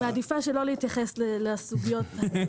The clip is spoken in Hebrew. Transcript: אני מעדיפה לא להתייחס לסוגיות האלה.